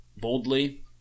Boldly